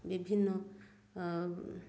ବିଭିନ୍ନ